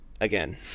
again